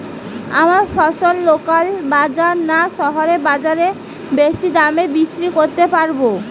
আমরা ফসল লোকাল বাজার না শহরের বাজারে বেশি দামে বিক্রি করতে পারবো?